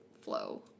flow